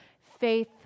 faith